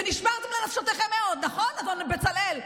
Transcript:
ונשמרתם לנפשותיכם מאוד, נכון, אדון בצלאל?